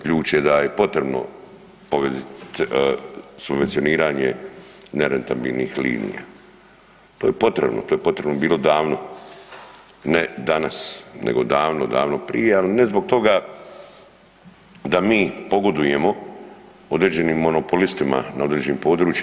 Ključ je da je potrebno subvencioniranje nerentabilnih linija, to je potrebno, to je potrebno bilo davno, ne danas nego davno, davno prije, al ne zbog toga da mi pogodujemo određenim monopolistima na određenim područjima.